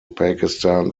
pakistan